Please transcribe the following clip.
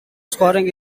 scoring